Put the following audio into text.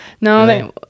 no